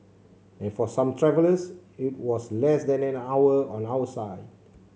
and for some travellers it was less than an hour on our side